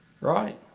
Right